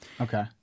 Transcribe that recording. Okay